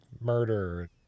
murder